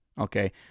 okay